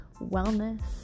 wellness